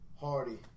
Hardy